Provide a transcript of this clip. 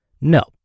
No